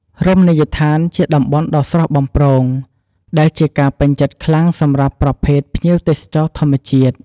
រមណីយដ្ឋានជាតំបន់ដ៏ស្រស់បំព្រង ដែលជាការពេញចិត្តខ្លាំងសម្រាប់ប្រភេទភ្ញៀវទេសចរធម្មជាតិ។